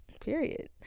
Period